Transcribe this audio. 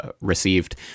received